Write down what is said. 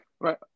Right